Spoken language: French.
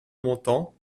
montant